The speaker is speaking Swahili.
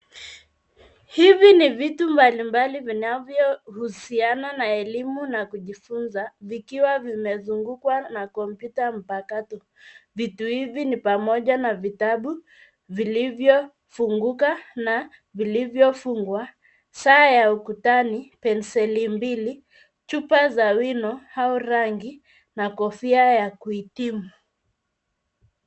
Hivi ni vitu mbalimbali vinavyohusiana na elimu na kujifunza vikiwa vimezungukwa na kompyuta mpakato, vitu hivi ni pamoja na vitabu vilivyofunguka na vilivyofungwa, saa ya ukutani, penseli mbili, chupa za wino au rangi na kofia ya kuhitimu.